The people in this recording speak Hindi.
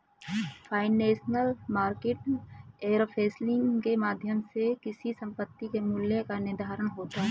फाइनेंशियल मार्केट एफिशिएंसी के माध्यम से किसी संपत्ति के मूल्य का निर्धारण होता है